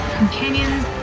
companions